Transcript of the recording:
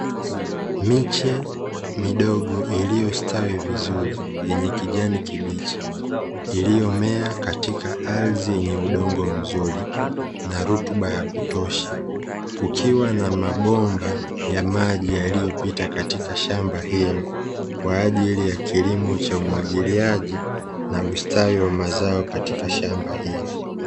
Miche midogo iliyostawi vizuri yenye kijani kibichi iliyomea katika adhi yenye udongo mzuri na rutuba ya kutosha, kukiwa na mabomba ya maji yaliyopita katika shamba hili kwa ajili ya kilimo cha umwagiliaji na ustawi wa mazao katika shamba hili.